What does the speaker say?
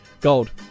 Gold